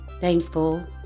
thankful